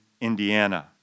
Indiana